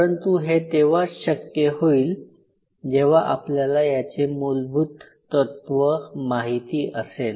परंतु हे तेव्हाच शक्य होईल जेव्हा आपल्याला याचे मूलभूत तत्व माहिती असेल